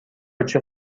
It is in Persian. جیغ